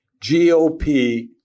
GOP